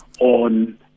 on